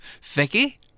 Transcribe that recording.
Vicky